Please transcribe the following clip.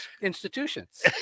institutions